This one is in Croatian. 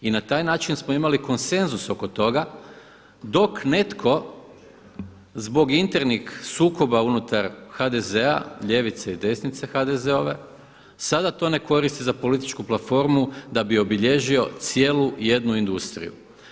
I na taj način smo imali konsenzus oko toga dok netko zbog internih sukoba unutar HDZ-a, lijevice i desnice HDZ-ove sada to ne koristi za političku platformu da bi obilježio cijelu jednu industriju.